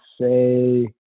say